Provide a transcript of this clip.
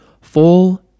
Fall